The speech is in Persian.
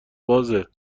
بازه